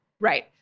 Right